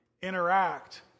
interact